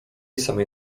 samej